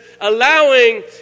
allowing